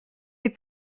des